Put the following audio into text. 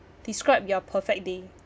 describe your perfect day